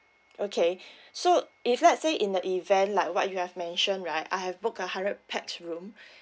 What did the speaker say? okay so if let's say in the event like what you have mention right I have book a hundred pax room